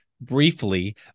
briefly